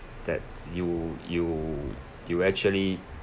that you you you actually